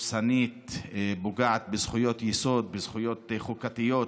דורסנית שפוגעת בזכויות יסוד, בזכויות חוקתיות.